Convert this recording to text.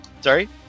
Sorry